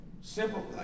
Simple